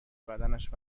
بدنش